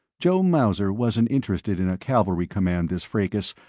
joe mauser wasn't interested in a cavalry command this fracas,